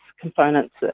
components